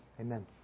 Amen